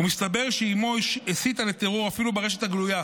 ומסתבר שאימו הסיתה לטרור אפילו ברשת הגלויה,